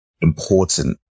important